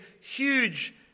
huge